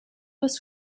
was